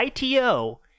ITO